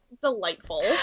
delightful